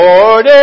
Lord